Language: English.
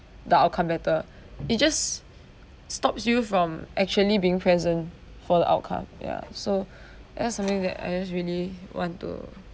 the outcome better it just stops you from actually being present for the outcome ya so that's something that I just really want to